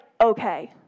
okay